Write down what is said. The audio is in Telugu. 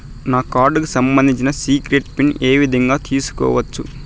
నా కార్డుకు సంబంధించిన సీక్రెట్ పిన్ ఏ విధంగా తీసుకోవచ్చు?